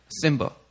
Simba